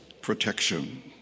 protection